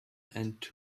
and